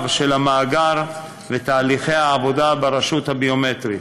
של המאגר ותהליכי העבודה ברשות הביומטרית.